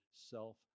self